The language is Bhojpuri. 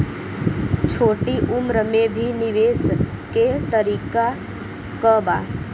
छोटी उम्र में भी निवेश के तरीका क बा?